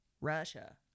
Russia